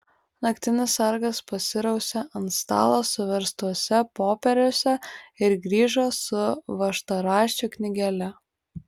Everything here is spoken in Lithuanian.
naktinis sargas pasirausė ant stalo suverstuose popieriuose ir grįžo su važtaraščių knygele